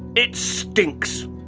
it stinks.